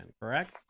correct